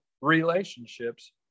relationships